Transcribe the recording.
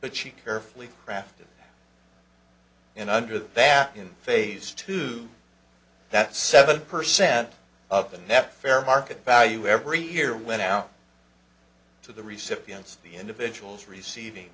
but she carefully crafted in under that in phase two that seven percent of the net fair market value every year went out to the receptionist the individuals receiving